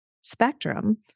spectrum